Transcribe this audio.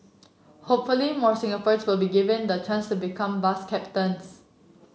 hopefully more Singaporeans will be given the chance become bus captains